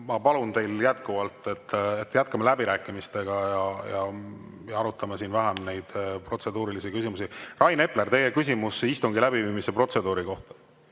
ma palun jätkuvalt, et jätkame läbirääkimistega ja arutame siin vähem neid protseduurilisi küsimusi. Rain Epler, teie küsimus istungi läbiviimise protseduuri kohta.